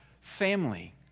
family